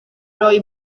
roi